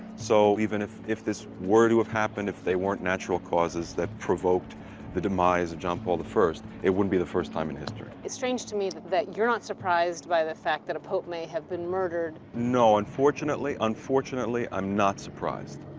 so, even if if this were to have happened, if they weren't natural causes that provoked the demise of john paul i, it wouldn't be the first time in history. it's strange to me that that you're not surprised by the fact that a pope may have been murdered. no, unfortunately unfortunately, i'm not surprised.